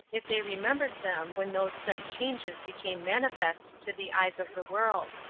if they remembered them when those said changes became manifest to the eyes of the world.